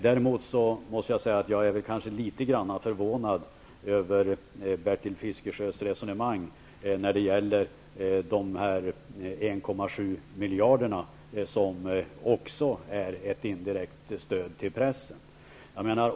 Däremot är jag kanske litet förvånad över Bertil Fiskesjös resonemang när det gäller de 1,7 miljarderna, som också är ett indirekt stöd till pressen.